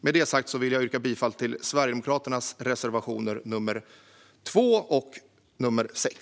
Med det sagt yrkar jag bifall till Sverigedemokraternas reservationer nr 2 och nr 6.